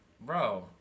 Bro